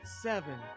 seven